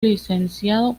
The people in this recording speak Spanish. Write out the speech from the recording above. licenciado